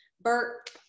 Bert